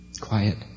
quiet